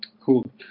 Cool